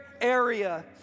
area